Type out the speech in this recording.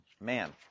Man